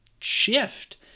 shift